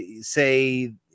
say